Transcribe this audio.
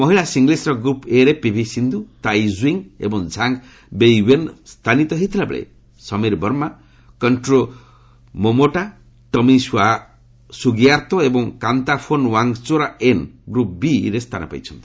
ମହିଳା ସିଙ୍ଗଲସ୍ର group A ରେ ପିଭି ସିନ୍ଧୁ ତାଇ ଜୁଇଙ୍ଗ୍ ଏବଂ ଝାଙ୍ଗ୍ ବେଇୱେନ୍ ସ୍ଥାନିତ ହୋଇଥିବାବେଳେ Sameer Verma Kento Momota Tommy ସୁଗିଆର୍ଭୋ ଏବଂ କାନ୍ତାଫୋନ୍ ୱାଙ୍ଗ୍ଚାରୋଏନ୍ ଗ୍ରୁପ୍ ବି ରେ ସ୍ଥାନ ପାଇଛନ୍ତି